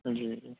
جی جی